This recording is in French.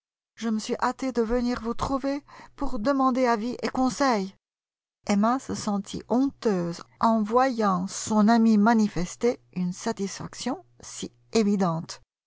je me suis hâtée de venir vous trouver pour demander avis et conseil emma se sentit honteuse en voyant son amie manifester une satisfaction si évidente